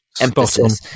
emphasis